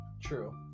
True